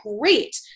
great